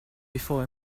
before